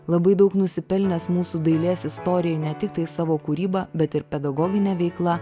labai daug nusipelnęs mūsų dailės istorijai ne tiktai savo kūryba bet ir pedagogine veikla